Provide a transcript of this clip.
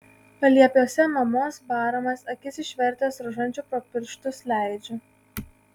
paliepiuose mamos baramas akis išvertęs rožančių pro pirštus leidžiu